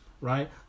right